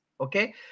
okay